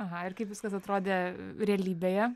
aha ir kaip viskas atrodė realybėje